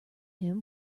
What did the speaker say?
him